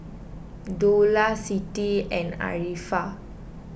Dollah Siti and Arifa